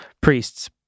priests